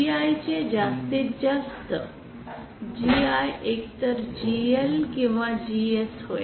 GI चे जास्तीत जास्त मूल्य GI एकतर GL किंवा GS होय